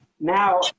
Now